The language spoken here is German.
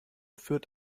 führt